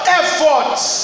efforts